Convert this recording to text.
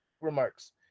remarks